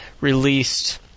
Released